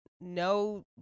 No